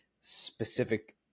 specific